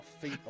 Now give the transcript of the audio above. feet